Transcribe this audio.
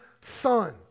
Son